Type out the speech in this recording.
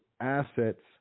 assets